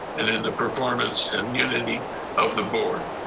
and then the performance and unity of the board.